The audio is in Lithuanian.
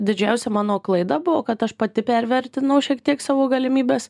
didžiausia mano klaida buvo kad aš pati pervertinau šiek tiek savo galimybes